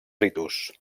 ritus